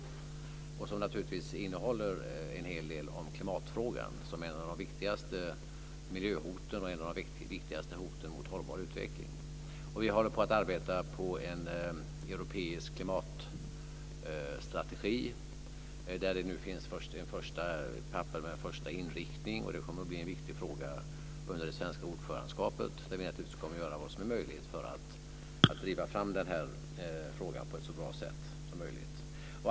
Det innehåller naturligtvis en hel del om klimatfrågan som ett av de viktigaste miljöhoten och ett av de viktigaste hoten mot hållbar utveckling. Vi håller på att arbeta på en europeisk klimatstrategi där det nu finns ett dokument med en första inriktning. Det kommer att bli en viktig fråga under det svenska ordförandeskapet. Vi kommer naturligtvis att göra vad vi kan för att driva frågan på ett så bra sätt som möjligt.